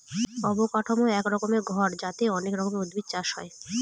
অবকাঠামো এক রকমের ঘর যাতে অনেক উদ্ভিদ চাষ হয়